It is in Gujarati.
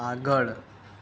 આગળ